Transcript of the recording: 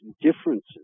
differences